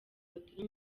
batura